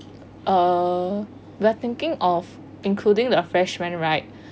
uh we are thinking of including the fresh [one] right